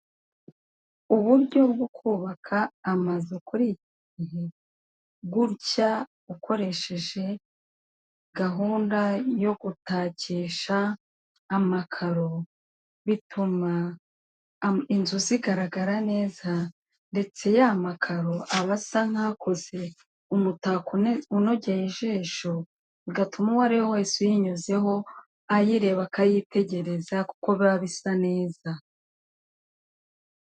Uburyo bwo kubaka amazu kuri iki gihe gutya ukoresheje gahunda yo gutakisha amakaro bituma inzu zigaragara neza ndetse ya makaro aba asa nk'akoze umutako unogeye ijisho bigatuma uwo ari we wese uyinyuzeho ayireba akayitegereza kuko biba bisa neza.